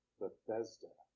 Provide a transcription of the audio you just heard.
bethesda